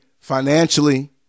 financially